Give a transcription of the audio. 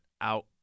out